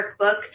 workbook